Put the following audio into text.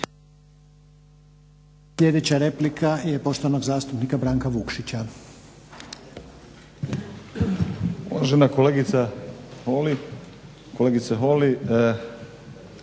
Sljedeća replika je poštovanog zastupnika Branka Vukšića.